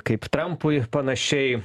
kaip trampui panašiai